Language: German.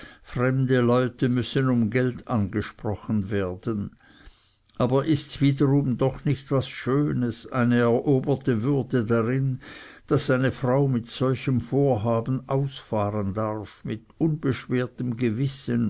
fremde leute müssen um geld angesprochen werden aber ists wiederum doch nicht was schönes eine eroberte würde darin daß eine frau mit solchem vorhaben ausfahren darf mit unbeschwertem gewissen